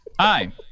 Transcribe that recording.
Hi